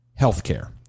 healthcare